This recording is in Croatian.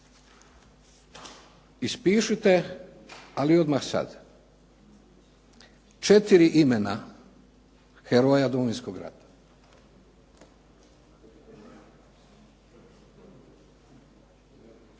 ispišite, ali odmah sada, četiri imena heroja Domovinskog rata.